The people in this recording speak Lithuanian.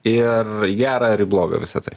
ir į gera ar į bloga visa tai